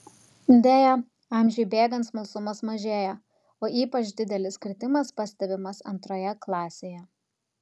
deja amžiui bėgant smalsumas mažėja o ypač didelis kritimas pastebimas antroje klasėje